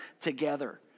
together